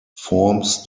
forms